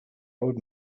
old